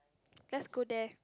let's go there